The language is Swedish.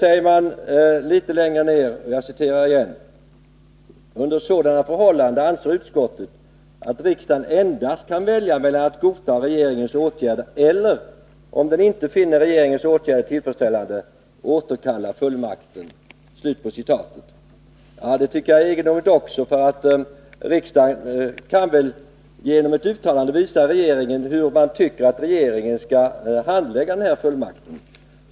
Ännu litet längre ned på sidan säger man: ”Under sådana förhållanden anser utskottet att riksdagen endast kan välja mellan att godta regeringens åtgärder eller, om den inte finner regeringens åtgärder tillfredsställande, återkalla fullmakten.” Det finner jag också egendomligt. Riksdagen kan väl genom ett uttalande visa regeringen hur man tycker att regeringen skall handha den här fullmakten.